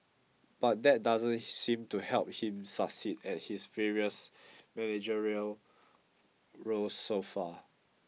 but that doesn't seemed to help him succeed at his various managerial roles so far